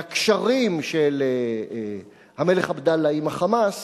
לקשרים של המלך עבדאללה עם ה"חמאס",